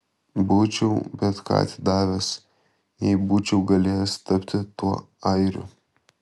būčiau bet ką atidavęs jei būčiau galėjęs tapti tuo airiu